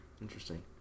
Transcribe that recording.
Interesting